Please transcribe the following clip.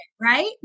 right